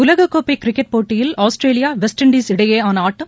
உலகக்கோப்பகிரிக்கெட் போட்டியில் Australia West Indies இடையேயானஆட்டம்